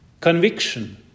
conviction